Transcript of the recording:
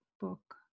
book